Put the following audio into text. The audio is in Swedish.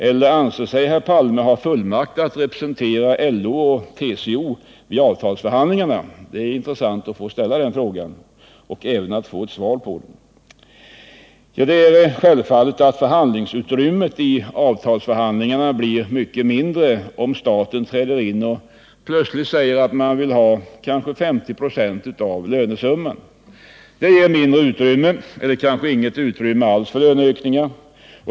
Eller anser sig herr Palme ha fullmakt att representera LO och TCO vid avtalsförhandlingarna? Det är intressant att ställa den frågan uch det vore minst lika intressant att få ett svar på den. Det är också självfallet att förhandlingsutrymmet i avtalsförhandlingar blir mycket mindre om staten träder in och plötsligt säger att den skall ha kanske 50 20 av lönesumman. Det ger mindre utrymme, eller kanske inget utrymme alls, för löneökningar.